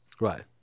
Right